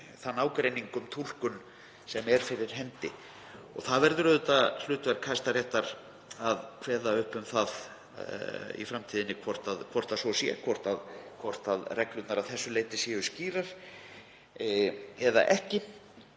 þann ágreining um túlkun sem er fyrir hendi og það verður auðvitað hlutverk Hæstaréttar að kveða upp úr um það í framtíðinni hvort svo sé, hvort reglurnar séu að þessu leyti skýrar eða ekki.